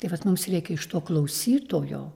tai vat mums reikia iš to klausytojo